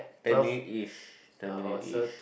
I mean is ten minutes is